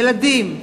ילדים.